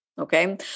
Okay